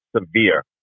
severe